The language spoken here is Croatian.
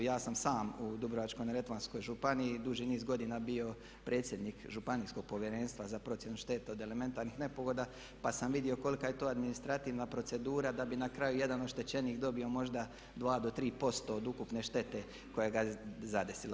Ja sam sam u Dubrovačko-neretvanskoj županiji duži niz godina bio predsjednik Županijskog povjerenstva za procjenu šteta od elementarnih nepogoda pa sam vidio kolika je to administrativna procedura da bi na kraju jedan oštećenik dobio možda 2 do 3% od ukupne štete koja ga je zadesila.